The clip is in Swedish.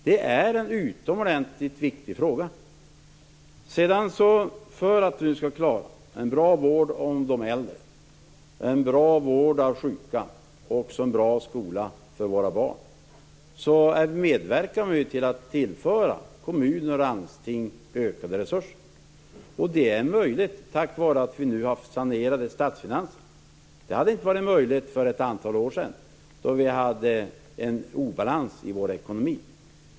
Det är en utomordentligt viktig fråga. För att klara en bra vård av de äldre och av de sjuka samt en bra skola för våra barn medverkar vi till att kommuner och landsting tillförs ökade resurser. Detta är möjligt tack vare att vi nu har sanerade statsfinanser. Det skulle inte ha varit möjligt för ett antal år sedan, då vi hade obalans i vår ekonomi.